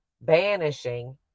banishing